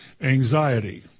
anxiety